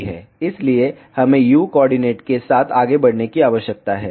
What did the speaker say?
इसलिए हमें u coordinate के साथ आगे बढ़ने की आवश्यकता है